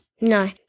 No